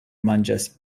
manĝas